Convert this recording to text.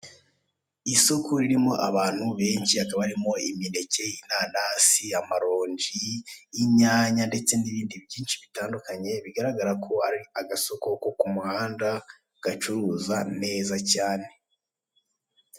Isoko ririmo abantu benshi akaba harimo imineke, inanasi, amaronji, inyanya ndetse n'ibindi byinshi bitandukanye, bigaragara ko ari agasoko ko ku muhanda gacuruza neza cyane.